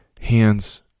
hands